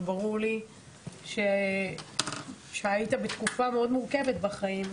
וברור לי שהיית בתקופה מאוד מורכבת בחיים,